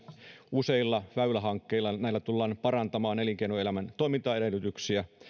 useilla väylähankkeilla tullaan parantamaan elinkeinoelämän toimintaedellytyksiä